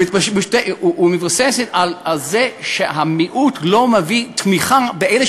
היא מבוססת על זה שהמיעוט לא מביע תמיכה באלה